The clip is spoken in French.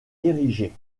érigés